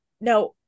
Now